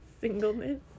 singleness